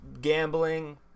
gambling